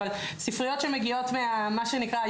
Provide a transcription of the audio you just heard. אבל ספריות שמגיעות ממה שנקרא,